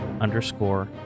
underscore